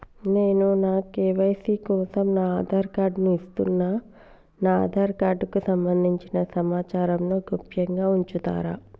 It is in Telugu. నేను నా కే.వై.సీ కోసం నా ఆధార్ కార్డు ను ఇస్తున్నా నా ఆధార్ కార్డుకు సంబంధించిన సమాచారంను గోప్యంగా ఉంచుతరా?